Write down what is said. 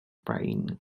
brain